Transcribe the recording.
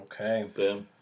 Okay